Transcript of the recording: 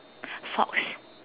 fox